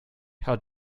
how